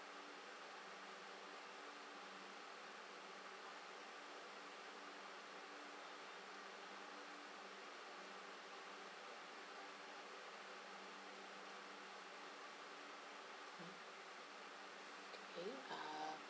mm okay uh